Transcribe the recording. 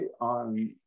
on